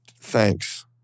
thanks